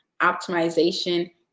optimization